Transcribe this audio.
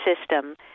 system